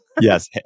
Yes